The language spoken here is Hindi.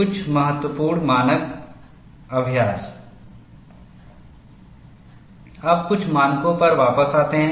कुछ महत्वपूर्ण मानक अभ्यास अब कुछ मानकों पर वापस आते हैं